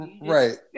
Right